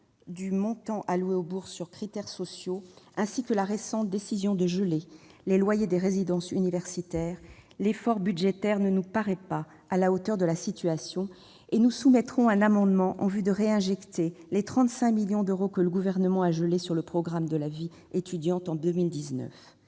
du montant alloué aux bourses sur critères sociaux ainsi que la récente décision de geler les loyers des résidences universitaires, l'effort budgétaire ne nous paraît pas à la hauteur de la situation. Nous présenterons un amendement visant à réinjecter les 35 millions d'euros que le Gouvernement a gelés sur le programme « Vie étudiante » en 2019.